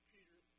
Peter